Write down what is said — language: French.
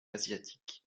asiatiques